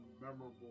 memorable